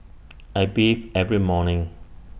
I bathe every morning